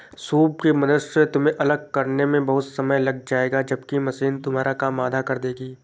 soup की मदद से तुम्हें अलग करने में बहुत समय लग जाएगा जबकि मशीन तुम्हारा काम आधा कर देगी